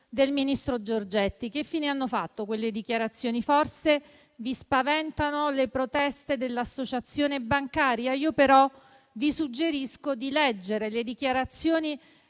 del ministro Giorgetti. Che fine hanno fatto quelle dichiarazioni? Forse vi spaventano le proteste dell'associazione bancaria? Vi suggerisco di leggere le dichiarazioni